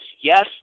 yes